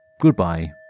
Goodbye